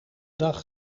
dag